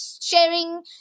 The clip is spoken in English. sharing